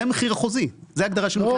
זה המחיר החוזי, זה הגדרה של מחיר חוזי.